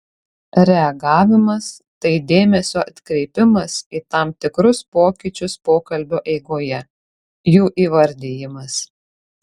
reagavimas tai dėmesio atkreipimas į tam tikrus pokyčius pokalbio eigoje jų įvardijimas